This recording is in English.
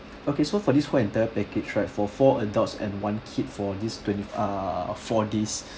okay so for this whole entire package right for four adults and one kid for this twenty ah four days